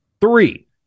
three